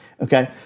okay